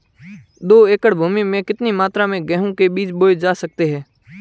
दो एकड़ भूमि में कितनी मात्रा में गेहूँ के बीज बोये जा सकते हैं?